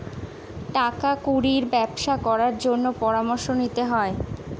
টাকা কুড়ির ব্যবসা করার পরামর্শ নিতে হয়